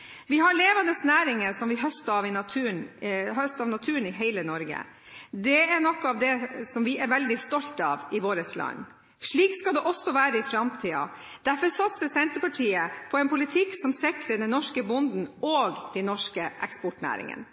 er noe vi er veldig stolte av i landet vårt. Slik skal det også være i framtiden. Derfor satser Senterpartiet på en politikk som sikrer den norske bonden og de norske eksportnæringene.